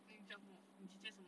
你讲什么你姐姐什么